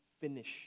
finish